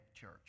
church